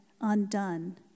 undone